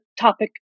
topic